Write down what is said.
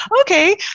okay